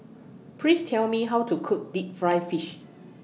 Please Tell Me How to Cook Deep Fried Fish